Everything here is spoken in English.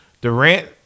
Durant